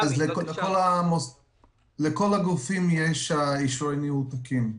לכל הגופים יש אישורי ניהול תקין.